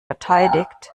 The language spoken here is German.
verteidigt